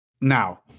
now